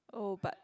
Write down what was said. oh but